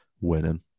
winning